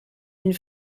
une